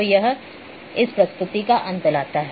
तो यह इस प्रस्तुति का अंत लाता है